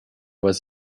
was